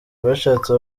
bashatse